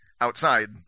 outside